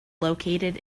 located